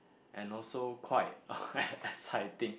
and also quite exciting